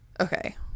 Okay